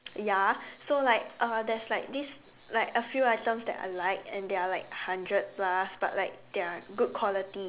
ya so like uh there's like this like a few items that I like and they are like hundred plus but like they are good quality